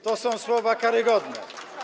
To są słowa karygodne.